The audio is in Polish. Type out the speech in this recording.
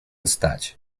stać